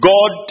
God